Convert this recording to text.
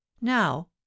now